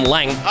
Lang